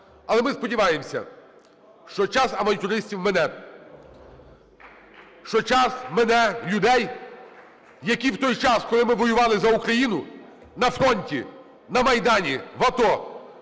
Але ми сподіваємося, що час авантюристів мине. Що час мине людей, які в той час, коли ми воювали за Україну на фронті, на Майдані, в АТО,